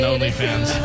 OnlyFans